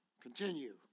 Continue